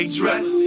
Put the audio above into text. dress